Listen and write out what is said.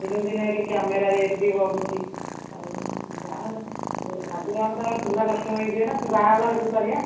ଦିନକୁ ଦିନ ଏଇଟି କ୍ୟାମେରା ରେଟ୍ ବି ବଢୁଛି ଆଉ ଆଗରୁ ଆପଣ ପୁରୁଣା କଷ୍ଟମର ହେଇଯିବେ ନା ପୁଣି ବାହାଘରକୁ କରିବା